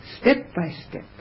step-by-step